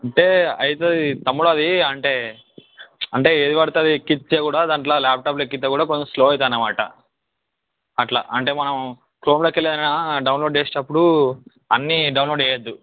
అంటే అవుతుంది తమ్ముడది అంటే అంటే ఏది పడితే అది ఎక్కిస్తే కూడా దాంట్లో ల్యాప్టాప్లో కొంచెం స్లో అవుతుందన్న మాట అట్లా అంటే మనం క్రోమ్లోకెళైనా డౌన్లోడ్ చేసేటపుడు అన్ని డౌన్లోడ్ చెయ్యద్దు